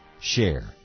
share